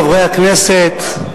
חברי הכנסת,